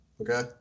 Okay